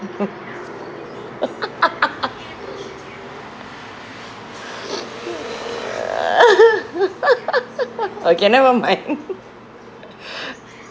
okay never mind